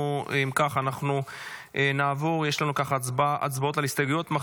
אם כך, יש לנו הצבעות על הסתייגויות.